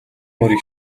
морийг